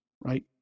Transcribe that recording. right